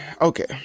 okay